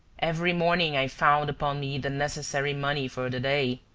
every morning i found upon me the necessary money for the day.